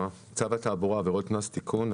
"צו התעבורה (עבירות קנס) (תיקון מס' ),